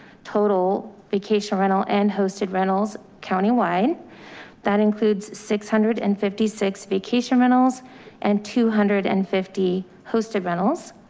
total vacation rental and hosted rentals. county-wide that includes six hundred and fifty six vacation rentals and two hundred and fifty hosted rentals.